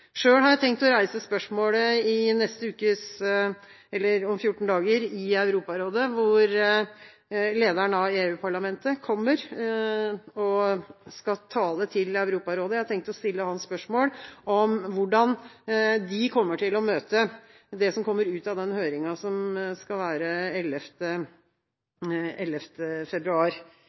har jeg tenkt å reise spørsmålet i Europarådet om 14 dager, hvor lederen av EU-parlamentet kommer og skal tale til Europarådet. Jeg har tenkt å stille ham spørsmål om hvordan de kommer til å møte det som kommer ut av høringen som skal være den 11. februar.